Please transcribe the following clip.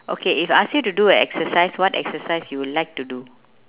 okay if I ask you to do a exercise what exercise you would like to do